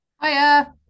Hiya